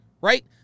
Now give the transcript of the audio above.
Right